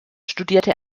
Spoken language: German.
studierte